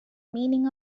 meaning